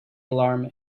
alarm